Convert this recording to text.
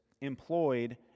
employed